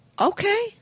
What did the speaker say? Okay